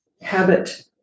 habit